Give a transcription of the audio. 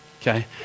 okay